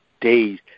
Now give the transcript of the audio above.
days